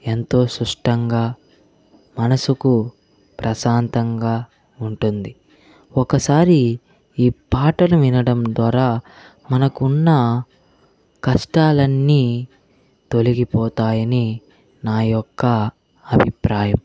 ఎంతో సుష్టంగా మనసుకు ప్రశాంతంగా ఉంటుంది ఒకసారి ఈ పాటను వినడం ద్వారా మనకున్న కష్టాలన్నీ తొలగిపోతాయని నా యొక్క అభిప్రాయం